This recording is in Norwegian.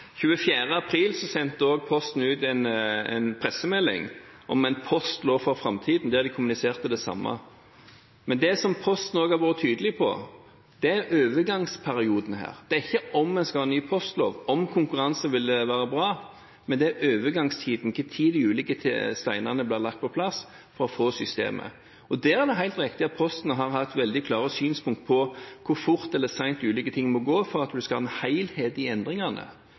24. april sendte Posten ut en pressemelding om en postlov for framtiden, der de kommuniserte det samme. Men det som Posten også har vært tydelig på, er overgangsperioden her. Det er ikke om vi skal ha en ny postlov, om konkurranse ville være bra, men det er overgangstiden – når de ulike steinene blir lagt på plass for å få systemet. Det er helt riktig at Posten har hatt veldig klare synspunkt på hvor fort eller sent ulike ting må gå for at vi skal ha en helhet i